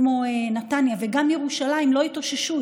כמו נתניה וגם ירושלים לא התאוששו.